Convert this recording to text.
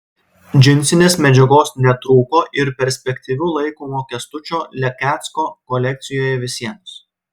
džinsinės medžiagos netrūko ir perspektyviu laikomo kęstučio lekecko kolekcijoje visiems